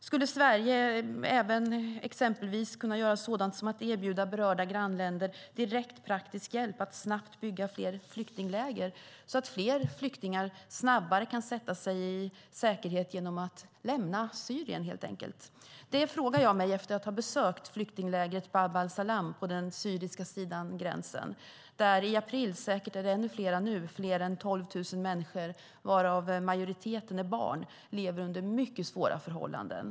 Skulle Sverige även exempelvis kunna göra sådant som att erbjuda berörda grannländer direkt praktisk hjälp med att snabbt bygga fler flyktingläger, så att fler flyktingar snabbare kan sätta sig i säkerhet genom att helt enkelt lämna Syrien? Det frågar jag mig efter att ha besökt flyktinglägret Bab al-Salam på den syriska sidan av gränsen. I april levde där fler än 12 000 människor, varav majoriteten barn, under mycket svåra förhållanden.